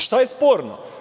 Šta je sporno?